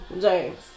James